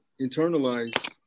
internalize